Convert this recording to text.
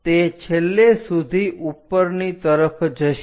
તે છેલ્લે સુધી ઉપરની તરફ જશે